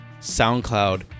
SoundCloud